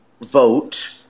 vote